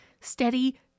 steady